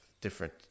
different